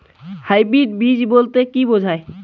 Hybrid বীজ বলতে কী বোঝায়?